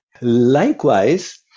Likewise